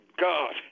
God